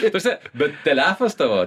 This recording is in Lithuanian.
ta prasme bet telefas tavo